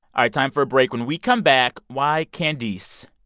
ah time for a break. when we come back, why candice,